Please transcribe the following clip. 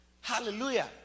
hallelujah